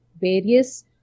various